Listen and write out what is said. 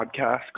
podcast